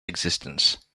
existence